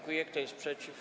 Kto jest przeciw?